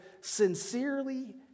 sincerely